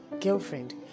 girlfriend